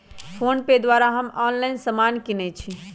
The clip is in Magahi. फोनपे द्वारा हम ऑनलाइन समान किनइ छी